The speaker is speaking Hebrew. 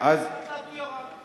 ולאט-לאט הוא ירד.